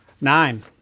Nine